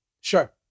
Sure